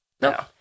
No